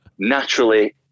naturally